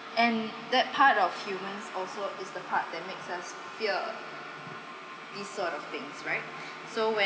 and that part of human also is the part that makes us fear this sort of things right so when